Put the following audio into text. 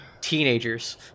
Teenagers